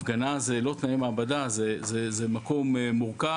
הפגנה זה לא תנאי מעבדה, זה מקום מורכב,